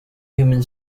human